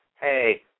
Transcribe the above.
hey